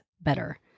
better